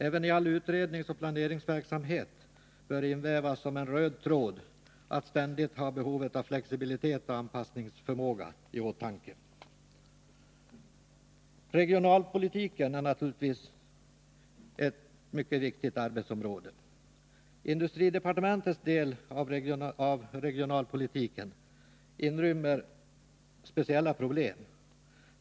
Även i all utredningsoch planeringsverksamhet bör invävas som en röd tråd att ständigt ha behov av flexibilitet och anpassningsförmåga i åtanke. Regionalpolitiken är naturligtvis ett mycket viktigt arbetsområde. Industridepartementets del av regionalpolitiken inrymmer speciella problem.